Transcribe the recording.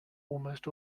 almost